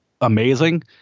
Amazing